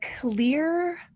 clear